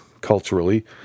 culturally